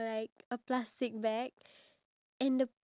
about five to seven K